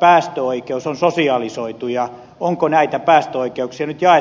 päästöoikeus on sosialisoitu ja onko näitä päästöoikeuksia nyt jaettu suuryrityksille